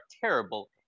terrible